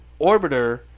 orbiter